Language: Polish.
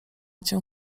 cię